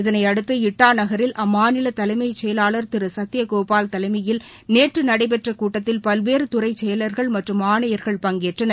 இதனையடுத்து இட்டாநகரில் அம்மாநில தலைமை செயலாளர் திரு சத்யகோபால் தலைமையில் நேற்று நடைபெற்ற கூட்டத்தில் பல்வேறு துறை செயலர்கள் மற்றும் ஆணையர்கள் பங்கேற்றனர்